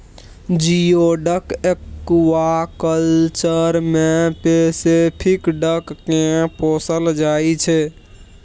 geoduck aquaculture मे Pacific duck केँ पोसल जाइ छै